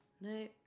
No